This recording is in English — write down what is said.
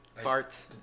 Farts